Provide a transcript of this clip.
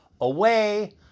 away